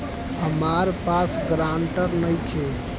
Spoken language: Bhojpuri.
हमरा पास ग्रांटर नइखे?